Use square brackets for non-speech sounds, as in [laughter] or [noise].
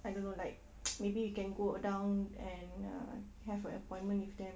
I don't know like [noise] maybe we can go uh down and uh have a appointment with them